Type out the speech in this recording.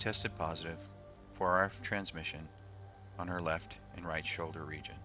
tested positive for our transmission on her left and right shoulder region